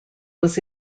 was